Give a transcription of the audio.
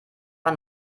war